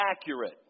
accurate